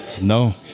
No